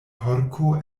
porko